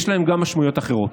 יש לו גם משמעויות אחרות,